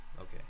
Okay